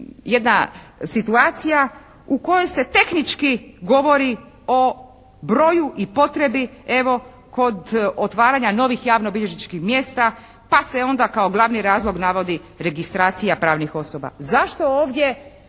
jedna situacija u kojoj se tehnički govori o broju i potrebi evo kod otvaranja novih javnobilježničkih mjesta pa se onda kao glavni razlog navodi registracija pravnih osoba. Zašto ovdje